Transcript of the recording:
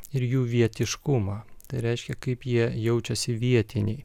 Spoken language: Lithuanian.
ir jų vietiškumą tai reiškia kaip jie jaučiasi vietiniai